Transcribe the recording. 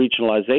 regionalization